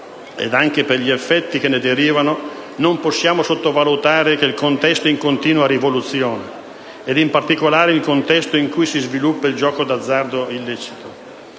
e anche per gli effetti che ne derivano, non possiamo sottovalutare che il contesto è in continua evoluzione, in particolare quello in cui si sviluppa il gioco d'azzardo illecito.